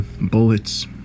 bullets